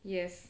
yes